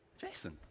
Jason